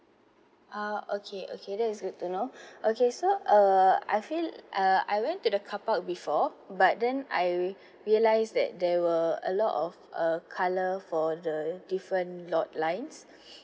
ah okay okay that's good to know okay so uh I feel uh I went to the carpark before but then I realise that there were a lot of uh colour for the different lot lines